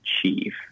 achieve